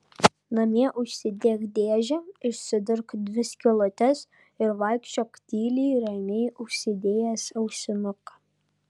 namie užsidėk dėžę išsidurk dvi skylutes ir vaikščiok tyliai ramiai užsidėjęs ausinuką